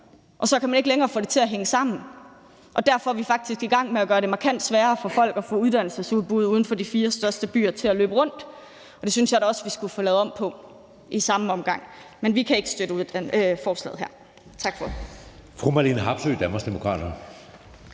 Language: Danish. og så kan man ikke længere få det til at hænge sammen, og derfor er vi faktisk i gang med at gøre det markant sværere for folk at få uddannelsesudbud uden for de fire største byer til at løbe rundt. Det synes jeg da også at vi skulle få lavet om på i samme omgang. Vi kan ikke støtte forslaget her. Tak for ordet.